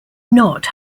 not